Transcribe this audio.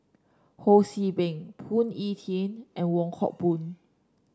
Ho See Beng Phoon Yew Tien and Wong Hock Boon